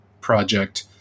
project